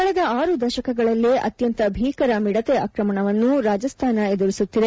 ಕಳೆದ ಆರು ದಶಕಗಳಲ್ಲೇ ಅತ್ಯಂತ ಭೀಕರ ಮಿಡತೆ ಆಕ್ರಮಣವನ್ನು ರಾಜಸ್ಥಾನ ಎದುರಿಸುತ್ತಿದೆ